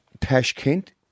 Tashkent